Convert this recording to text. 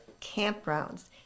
campgrounds